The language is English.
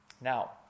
now